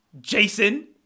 Jason